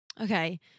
Okay